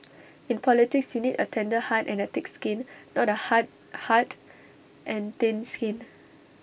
in politics you need A tender heart and A thick skin not A hard heart and thin skin